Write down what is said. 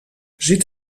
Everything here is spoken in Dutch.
zit